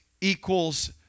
equals